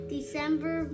December